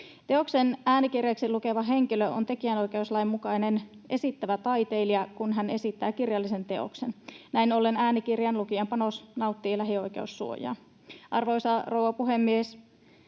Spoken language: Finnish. Teoksen äänikirjaksi lukeva henkilö on tekijänoikeuslain mukainen esittävä taiteilija, kun hän esittää kirjallisen teoksen. Näin ollen äänikirjan lukijan panos nauttii lähioikeussuojaa. Arvoisa rouva puhemies!